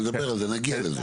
נדבר על זה, נגיע לזה.